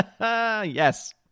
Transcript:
Yes